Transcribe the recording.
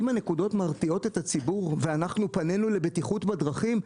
אם הנקודות מרתיעות את הציבור ואנחנו פנינו לבטיחות בדרכים,